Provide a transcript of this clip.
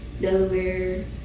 Delaware